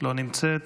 לא נמצאת.